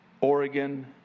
Oregon